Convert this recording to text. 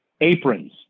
aprons